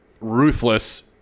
ruthless